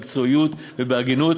במקצועיות ובהגינות,